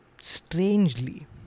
strangely